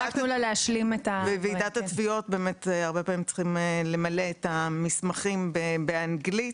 --- בוועידת התביעות הרבה פעמים צריכים למלא את המסמכים באנגלית,